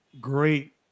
great